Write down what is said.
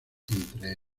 entre